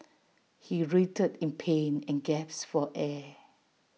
he writhed in pain and gasped for air